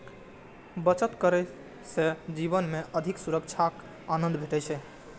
बचत करने सं जीवन मे अधिक सुरक्षाक आनंद भेटै छै